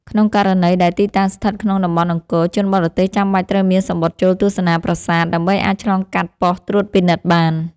ក្នុងករណីដែលទីតាំងស្ថិតក្នុងតំបន់អង្គរ ជនបរទេសចាំបាច់ត្រូវមានសំបុត្រចូលទស្សនាប្រាសាទ ដើម្បីអាចឆ្លងកាត់ប៉ុស្តិ៍ត្រួតពិនិត្យបាន។